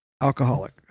alcoholic